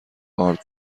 آرد